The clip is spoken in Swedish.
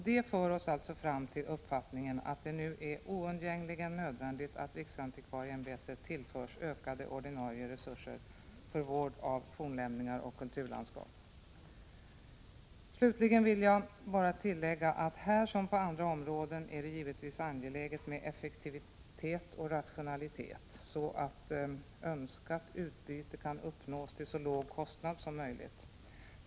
Det för oss fram till ståndpunkten att det nu är oundgängligen nödvändigt att riksantikvarieämbetet tillförs ökade ordinarie resurser för vård av fornlämningar och kulturlandskap. Slutligen vill jag bara tillägga att här som på andra områden är det givetvis angeläget med effektivitet och rationalitet, så att önskat utbyte kan uppnås till så låg kostnad som möjligt.